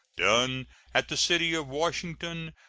done at the city of washington,